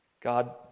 God